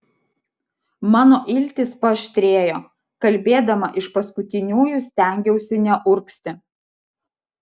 mano iltys paaštrėjo kalbėdama iš paskutiniųjų stengiausi neurgzti